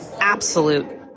absolute